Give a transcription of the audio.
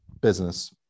business